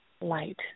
light